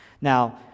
Now